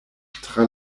tra